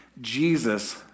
Jesus